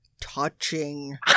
Touching